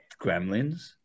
Gremlins